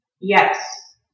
yes